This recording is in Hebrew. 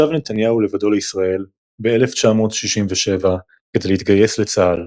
שב נתניהו לבדו לישראל ב-1967 כדי להתגייס לצה"ל,